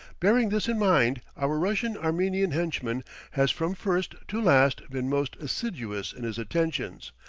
bearing this in mind, our russian-armenian henchman has from first to last been most assiduous in his attentions,